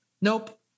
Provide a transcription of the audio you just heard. nope